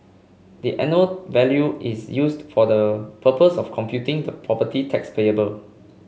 the annual value is used for the purpose of computing the property tax payable